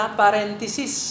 parenthesis